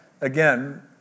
again